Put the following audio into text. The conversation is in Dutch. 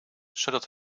zodat